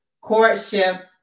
courtship